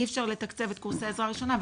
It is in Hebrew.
אי אפשר לתקצב את קורסי עזרה ראשונה,